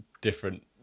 different